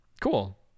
Cool